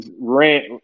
rant